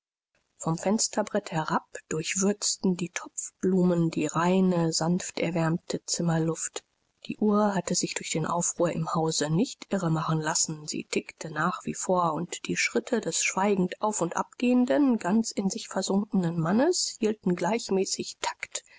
vom fensterbrett herab durchwürzten die topfblumen die reine sanfterwärmte zimmerluft die uhr hatte sich durch den aufruhr im hause nicht irre machen lassen sie tickte nach wie vor und die schritte des schweigend auf und ab gehenden ganz in sich versunkenen mannes hielten gleichmäßig takt